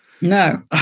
No